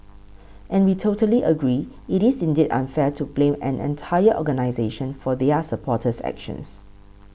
and we totally agree it is indeed unfair to blame an entire organisation for their supporters actions